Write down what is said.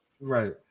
Right